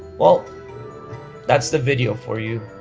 well that's the video for you